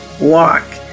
walk